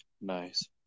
Nice